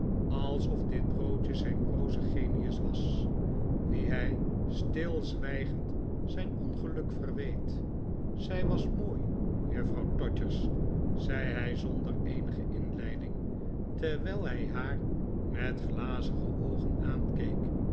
alsof dit broodje zijn booze genius was wien hij stilzwijgend zijn ongeluk verweet zij was mooi juffrouw todgers zei hij zonder eenige inleiding terwijl hij haar met glazige oogen aankeek